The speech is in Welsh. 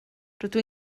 rydw